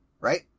Right